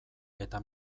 eta